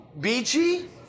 beachy